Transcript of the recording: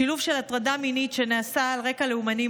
שילוב של הטרדה מינית שנעשית על רקע לאומני,